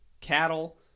cattle